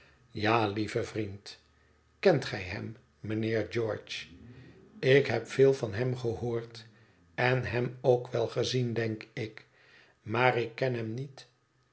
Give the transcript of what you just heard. ja lieve vriend kent gij hem mijnheer george ik heb veel van hem gehoord en hem ook wel gezien denk ik maar ik ken hem niet